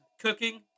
cooking